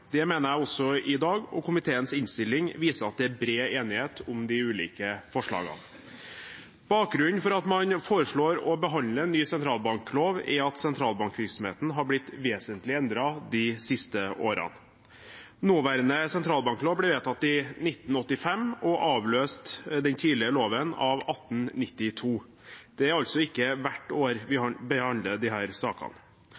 Det mener jeg også i dag, og komiteens innstilling viser at det er bred enighet om de ulike forslagene. Bakgrunnen for at man foreslår å behandle en ny sentralbanklov, er at sentralbankvirksomheten er blitt vesentlig endret de siste årene. Nåværende sentralbanklov ble vedtatt i 1985 og avløste den tidligere loven av 1892. Det er altså ikke hvert år vi